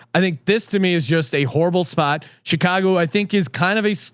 i think this to me is just a horrible spot. chicago, i think is kind of a, so